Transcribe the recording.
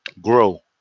grow